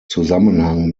zusammenhang